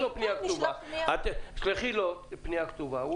פנייה כתובה.